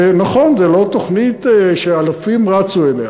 נכון, זו לא תוכנית שאלפים רצו אליה,